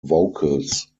vocals